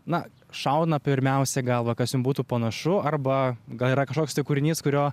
na šauna pirmiausia galvą kas jum būtų panašu arba gal yra kašoks tai kūrinys kurio